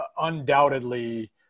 undoubtedly